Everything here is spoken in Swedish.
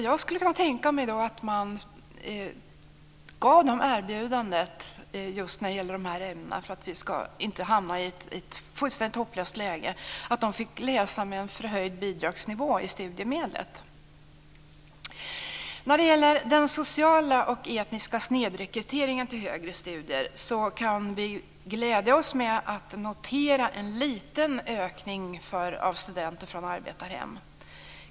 När det gäller de här ämnena skulle jag kunna tänka mig - för att vi inte ska hamna i ett fullständigt hopplöst läge - att man gav ett erbjudande om att läsa med förhöjd bidragsnivå i studiemedlet. När det gäller den sociala och etniska snedrekryteringen till högre studier kan vi glädjas åt en liten ökning av studenter från arbetarhem.